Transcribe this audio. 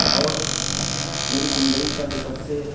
اور میری زندگی کا جو سب سے